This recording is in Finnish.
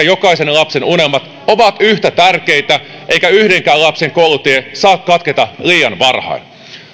jokaisen lapsen unelmat ovat yhtä tärkeitä eikä yhdenkään lapsen koulutie saa katketa liian varhain